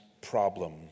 problem